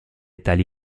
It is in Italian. tali